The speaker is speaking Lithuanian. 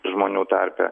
žmonių tarpe